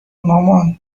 مامان